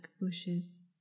bushes